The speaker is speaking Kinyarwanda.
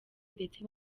ndetse